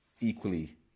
equally